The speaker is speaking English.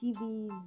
TVs